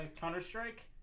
Counter-Strike